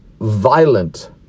violent